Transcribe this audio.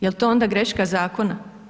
Jel to onda greška zakona?